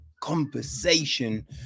conversation